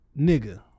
nigga